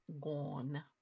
gone